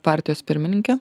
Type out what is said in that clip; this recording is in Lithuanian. partijos pirmininke